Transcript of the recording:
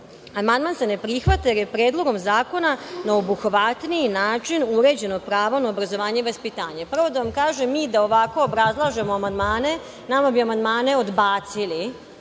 amandman se ne prihvata jer je Predlogom zakona na obuhvatniji način uređeno pravo na obrazovanje i vaspitanje. Prvo da vam kažem, mi da ovako obrazlažemo amandmane, nama bi amandmane odbacili,